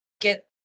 get